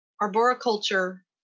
arboriculture